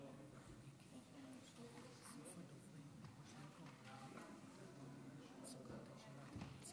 אדוני היושב-ראש, חבריי חברי הכנסת, תרשה